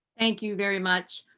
thank you very much.